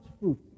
fruit